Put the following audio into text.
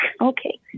Okay